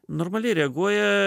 normaliai reaguoja